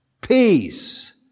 peace